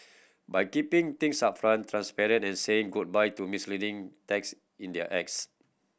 by keeping things upfront transparent and saying goodbye to misleading text in their